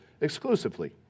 exclusively